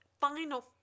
final